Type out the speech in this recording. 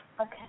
Okay